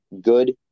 good